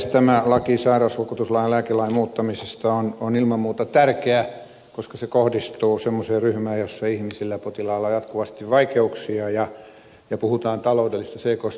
tämä esitys laeiksi sairausvakuutuslain ja lääkelain muuttamisesta on ilman muuta tärkeä koska se kohdistuu semmoiseen ryhmään jossa ihmisillä ja potilailla on jatkuvasti vaikeuksia ja puhutaan taloudellisista seikoista